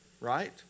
right